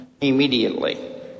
immediately